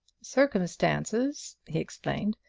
circumstances, he explained,